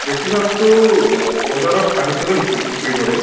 বেছিভাগটো বজাৰত ধান হিচাপে বেছি বিক্ৰী কৰে